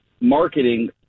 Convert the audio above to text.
marketing